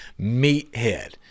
meathead